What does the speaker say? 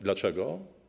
Dlaczego?